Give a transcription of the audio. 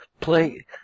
Play